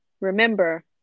remember